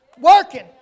working